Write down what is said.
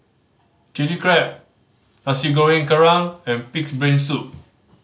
Chili Crab Nasi Goreng Kerang and Pig's Brain Soup